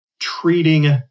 treating